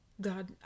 god